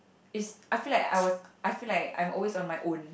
is I feel like I was I feel like I'm always on my own